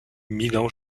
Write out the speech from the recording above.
milan